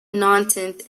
nonsense